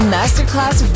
Masterclass